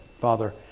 Father